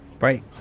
Right